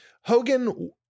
Hogan